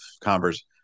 converse